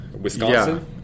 wisconsin